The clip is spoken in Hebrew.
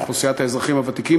אוכלוסיית האזרחים הוותיקים,